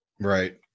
Right